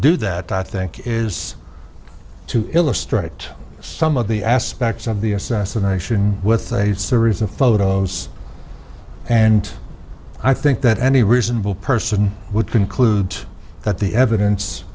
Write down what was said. do that i think is to illustrate some of the aspects of the assassination with a series of photos and i think that any reasonable person would conclude that the evidence